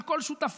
של כל שותפיו,